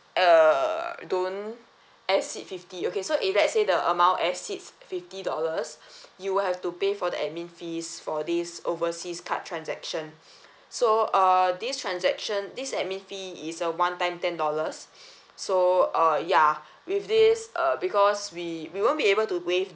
err don't exceed fifty okay so if let's say the amount exceeds fifty dollars you will have to pay for the admin fees for this overseas card transaction so uh this transaction this admin fee is uh one time ten dollars so uh ya with this uh because we we won't be able to waive